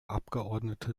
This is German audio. abgeordnete